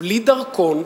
בלי דרכון,